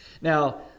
Now